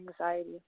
anxiety